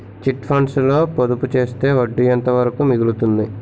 Chit funds లో పొదుపు చేస్తే వడ్డీ ఎంత వరకు మిగులుతుంది?